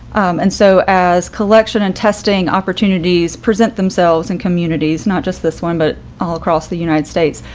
and so as collection and testing opportunities present themselves and communities, not just this one, but all across the united states,